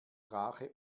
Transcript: rache